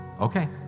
Okay